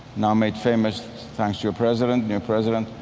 now made famous thanks to your president your president,